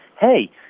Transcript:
hey